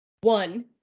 one